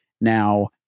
Now